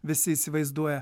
visi įsivaizduoja